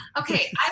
Okay